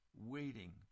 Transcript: waiting